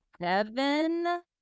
Seven